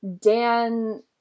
Dan